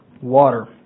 water